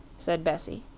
said bessie.